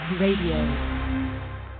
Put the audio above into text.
Radio